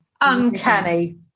Uncanny